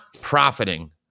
profiting